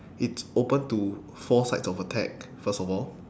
it's open to four sides of attack first of all